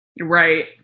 Right